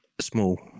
small